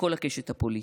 מכל הקשת הפוליטית.